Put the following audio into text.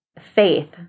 faith